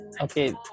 Okay